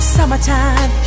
Summertime